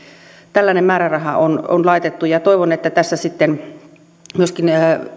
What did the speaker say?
tällainen määräraha on on laitettu toivon että tässä sitten myöskin